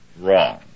wrong